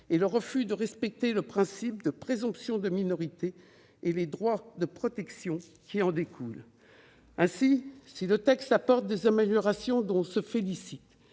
le refus de respecter le principe de présomption de minorité et les droits de protection qui en découlent. Ainsi, si le texte apporte des améliorations dont